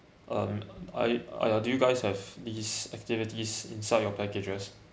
um I uh do you guys have these activities inside your packages